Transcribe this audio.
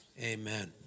Amen